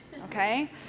Okay